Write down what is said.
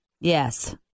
Yes